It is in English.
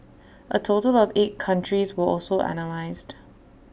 A total of eight countries were also analysed